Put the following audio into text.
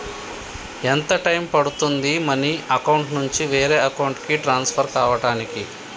ఎంత టైం పడుతుంది money account నుంచి వేరే అకౌంట్ కి ట్రాన్స్ఫర్ కావటానికి?